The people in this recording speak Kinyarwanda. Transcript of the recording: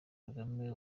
kagame